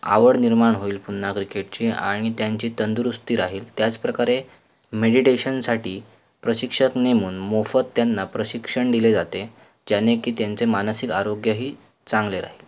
आवड निर्माण होईल पुन्हा क्रिकेटची आणि त्यांची तंदुरुस्ती राहील त्याचप्रकारे मेडिटेशनसाठी प्रशिक्षक नेमून मोफत त्यांना प्रशिक्षण दिले जाते ज्याने की त्यांचे मानसिक आरोग्यही चांगले राहील